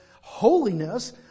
holiness